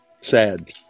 Sad